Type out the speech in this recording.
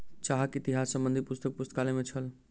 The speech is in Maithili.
चाहक इतिहास संबंधी पुस्तक पुस्तकालय में छल